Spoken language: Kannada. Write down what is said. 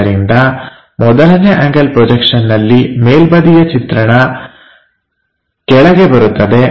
ಆದ್ದರಿಂದ ಮೊದಲನೇ ಆಂಗಲ್ ಪ್ರೋಜಕ್ಷನ್ ನಲ್ಲಿ ಮೇಲ್ ಬದಿಯ ಚಿತ್ರಣ ಕೆಳಗೆ ಬರುತ್ತದೆ